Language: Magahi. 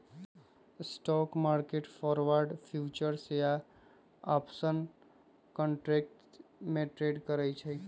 स्टॉक मार्केट फॉरवर्ड, फ्यूचर्स या आपशन कंट्रैट्स में ट्रेड करई छई